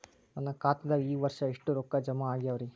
ನನ್ನ ಖಾತೆದಾಗ ಈ ವರ್ಷ ಎಷ್ಟು ರೊಕ್ಕ ಜಮಾ ಆಗ್ಯಾವರಿ?